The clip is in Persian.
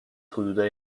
حدودای